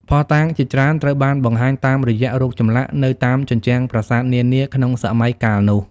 ភស្តុតាងជាច្រើនត្រូវបានបង្ហាញតាមរយៈរូបចម្លាក់នៅតាមជញ្ជាំងប្រាសាទនានាក្នុងសម័យកាលនោះ។